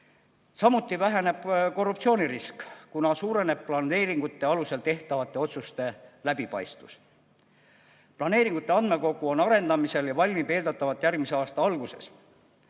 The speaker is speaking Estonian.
Samuti väheneb korruptsioonirisk, kuna suureneb planeeringute alusel tehtavate otsuste läbipaistvus. Planeeringute andmekogu on arendamisel ja valmib eeldatavalt järgmise aasta alguses.